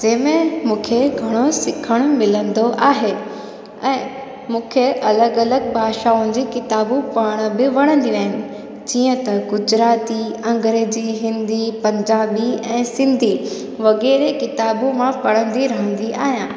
जंहिं में मूंखे घणो सिखणु मिलंदो आहे ऐं मूंखे अलॻि अलॻि भाषाउनि जी किताबूं पढ़ण बि वणंदियूं आहिनि जीअं त गुजराती अंग्रेजी हिंदी पंजाबी ऐं सिंधी वग़ैरह किताबूं मां पढ़ंदी रहंदी आहियां